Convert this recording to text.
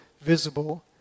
visible